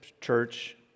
church